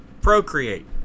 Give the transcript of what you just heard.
procreate